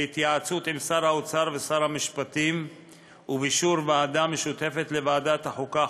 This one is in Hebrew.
בהתייעצות עם שר האוצר ושר המשפטים ובאישור ועדה משותפת לוועדת החוקה,